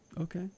Okay